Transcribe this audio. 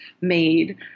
made